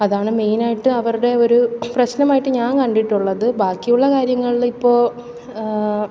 അതാണ് മെയിനായിട്ട് അവരുടെ ഒരു പ്രശ്നമായിട്ട് ഞാൻ കണ്ടിട്ടുള്ളത് ബാക്കിയുള്ള കാര്യങ്ങളിൽ ഇപ്പോൾ